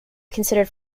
considered